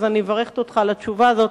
אני מברכת אותך על התשובה הזאת.